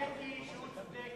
האמת היא שהוא צודק,